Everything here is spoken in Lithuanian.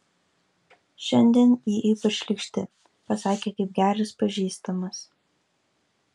šiandien ji ypač šlykšti pasakė kaip geras pažįstamas